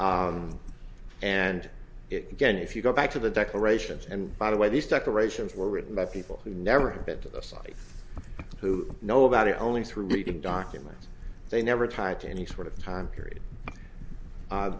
it again if you go back to the declarations and by the way these declarations were written by people who never been to the site who know about it only through reading documents they never tied to any sort of time period